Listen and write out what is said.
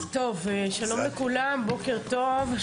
שלום לכולם, בוקר טוב.